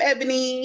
Ebony